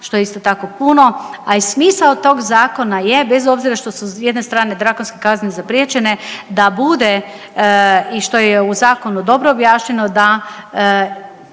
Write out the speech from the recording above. što je isto tako puno. A i smisao tog zakona je bez obzira što su s jedne strane drakonske kazne zapriječene da bude i što je u zakonu dobro objašnjeno da